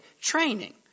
training